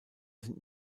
sind